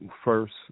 first